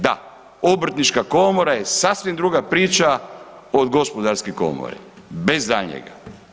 Da, obrtnička komora je sasvim druga priča od gospodarske komore, bez daljnjega.